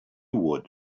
would